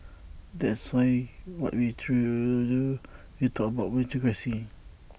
that's why what we try to do when we talked about meritocracy